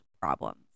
problems